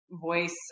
voice